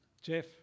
Jeff